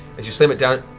as you slam it down,